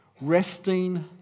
resting